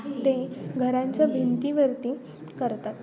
ते घरांच्या भिंतीवरती करतात